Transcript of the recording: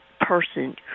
person